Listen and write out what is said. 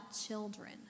children